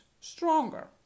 stronger